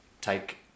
take